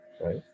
right